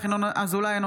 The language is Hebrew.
אינו נוכח ינון אזולאי,